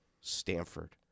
Stanford